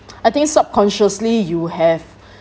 I think subconsciously you have